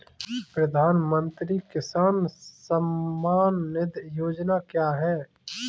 प्रधानमंत्री किसान सम्मान निधि योजना क्या है?